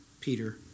Peter